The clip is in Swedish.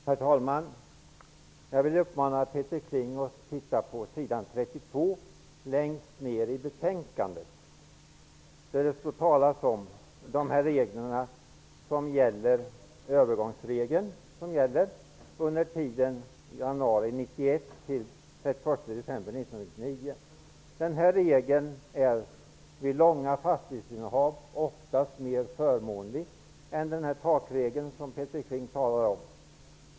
Herr talman! Jag vill uppmana Peter Kling att titta längst ner på s. 32 i betänkandet. Där står det om den övergångsregel som gäller under tiden från den Den här regeln är vid långvariga fastighetsinnehav oftast mer förmånlig än den takregel som Peter Kling talar om.